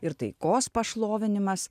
ir taikos pašlovinimas